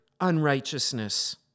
unrighteousness